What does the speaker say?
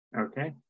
Okay